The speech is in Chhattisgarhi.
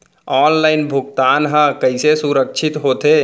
ऑनलाइन भुगतान हा कइसे सुरक्षित होथे?